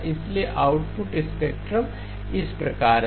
इसलिए output spectrum इस प्रकार है